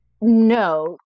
No